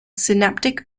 synaptic